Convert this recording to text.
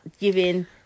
giving